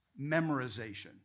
memorization